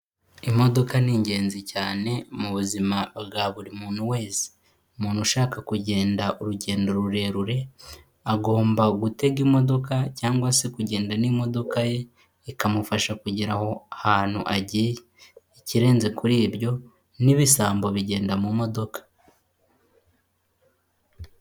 Imodoka ni ingenzi cyane mu buzima bwa buri muntu wese. Umuntu ushaka kugenda urugendo rurerure, agomba gutega imodoka cyangwa se kugenda n'imodoka ye, ikamufasha kugera aho ahantu agiye. Ikirenze kuri ibyo n'ibisambo bigenda mu modoka.